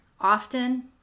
often